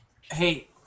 Hey